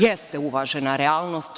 Jeste uvažena realnost.